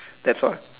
that's why